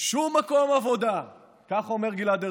"שום מקום עבודה" כך אומר גלעד ארדן,